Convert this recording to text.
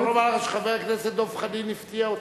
אני מוכרח לומר שחבר הכנסת דב חנין הפתיע אותי.